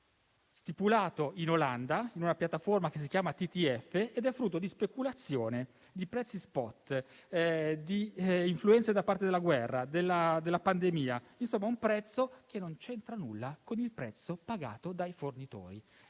stipulato in Olanda in una piattaforma che si chiama TTF ed è frutto di speculazione, di prezzi *spot*, di condizionamenti da parte della guerra e della pandemia, quindi un prezzo che non c'entra nulla con quello pagato dai fornitori.